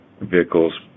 vehicles